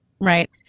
Right